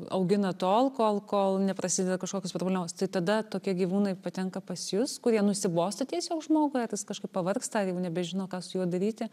augina tol kol kol neprasideda kažkokios problemos tai tada tokie gyvūnai patenka pas jus kurie nusibosta tiesiog žmogui ar jis kažkaip pavargsta ar jau nebežino ką su juo daryti